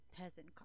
peasant